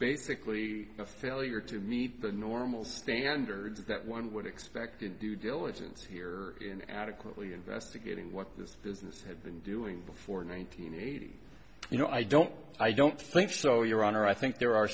basically a failure to meet the normal standards that one would expect in due diligence here in adequately investigating what this business had been doing before nine hundred eighty you know i don't i don't think so your honor i think there are